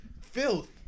filth